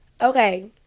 Okay